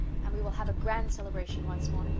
and we will have a grand celebration once more.